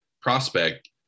prospect